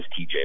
TJ